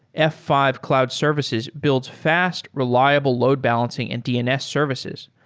f five cloud services builds fast, reliable load balancing and dns services.